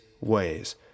ways